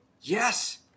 yes